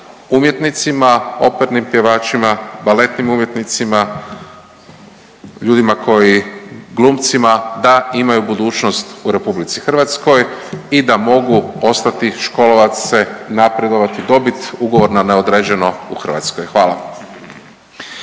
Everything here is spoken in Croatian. umjetnicima, opernim pjevačima, baletnim umjetnicima, ljudima koji, glumcima, da imaju budućnost u RH i da mogu ostati, školovat se, napredovati i dobit ugovor na neodređeno u Hrvatskoj, hvala.